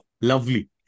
lovely